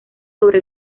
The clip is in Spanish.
sobre